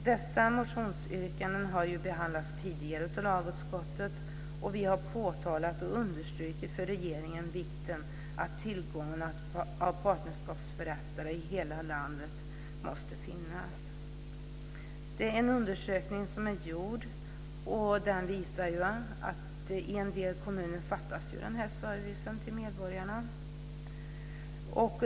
Dessa motionsyrkanden har ju behandlats tidigare av lagutskottet, som för regeringen har påtalat och understrukit vikten av att det finns tillgång till partnerskapsförrättare i hela landet. Det har gjorts en undersökning som visar att denna service till medborgarna fattas i en del kommuner.